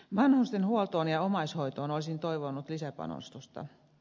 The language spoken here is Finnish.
vanhustenhuoltoon ja omaishoitoon olisin toivonut lisäpanostusta